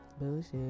bullshit